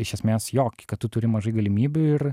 iš esmės jo kad tu turi mažai galimybių ir